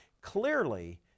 Clearly